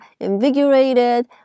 invigorated